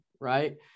right